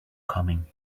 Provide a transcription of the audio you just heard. coming